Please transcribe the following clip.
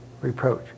reproach